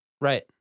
Right